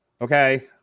Okay